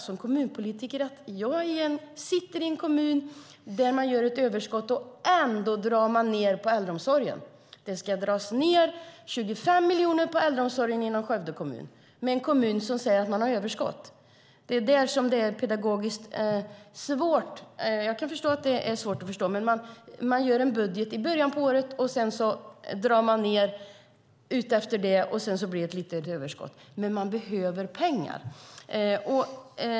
Som kommunpolitiker kan jag berätta att jag sitter i en kommun där man får ett överskott, och ändå drar man ned på äldreomsorgen. Det ska dras ned 25 miljoner på äldreomsorgen i Skövde kommun, i en kommun som säger att den har överskott. Jag kan förstå att det är svårt att förstå. Man gör en budget i början av året, sedan drar man ned efter det och sedan blir det ett litet överskott. Men man behöver pengar.